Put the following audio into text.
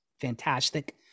fantastic